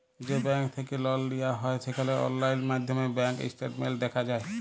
যে ব্যাংক থ্যাইকে লল লিয়া হ্যয় সেখালে অললাইল মাইধ্যমে ব্যাংক ইস্টেটমেল্ট দ্যাখা যায়